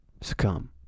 succumb